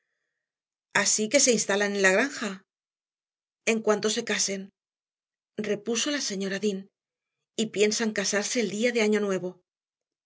así que se instalan en la granja en cuanto se casen repuso la señora dean y piensan casarse el día de año nuevo